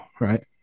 Right